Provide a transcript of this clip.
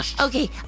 Okay